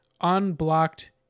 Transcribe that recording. unblocked